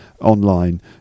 online